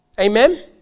Amen